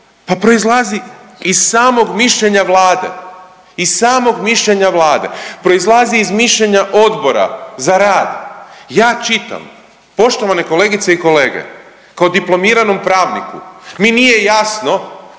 Vlade, iz samog mišljenja Vlade. Proizlazi iz mišljenja Odbora za rad. Ja čitam poštovane kolegice i kolege kao diplomiranom pravniku mi nije jasno